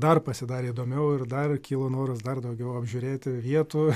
dar pasidarė įdomiau ir dar kilo noras dar daugiau apžiūrėti vietų